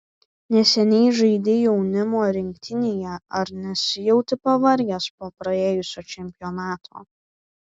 neseniai žaidei jaunimo rinktinėje ar nesijauti pavargęs po praėjusio čempionato